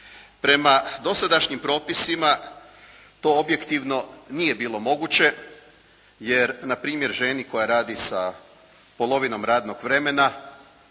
Prema dosadašnjim propisima, to objektivno nije bilo moguće, jer na primjer ženi koja radi sa polovinom radnog vremena